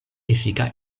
efika